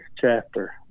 chapter